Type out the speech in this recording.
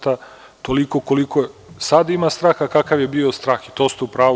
Toliko koliko sada ima straha, a kakav je bio strah i to ste u pravo.